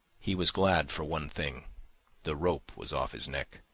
he was glad for one thing the rope was off his neck.